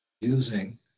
using